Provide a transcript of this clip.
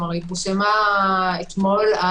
היה פורסמה אתמול.